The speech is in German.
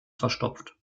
verstopft